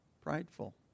prideful